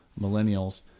millennials